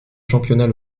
championnat